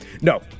No